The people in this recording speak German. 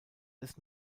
des